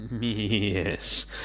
Yes